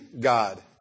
God